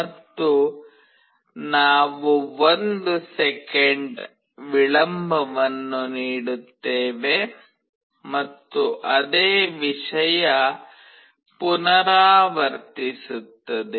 ಮತ್ತು ನಾವು 1 ಸೆಕೆಂಡ್ ವಿಳಂಬವನ್ನು ನೀಡುತ್ತೇವೆ ಮತ್ತು ಅದೇ ವಿಷಯ ಪುನರಾವರ್ತಿಸುತ್ತದೆ